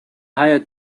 hire